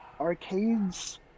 arcades